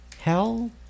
Hell